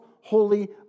holy